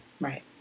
Right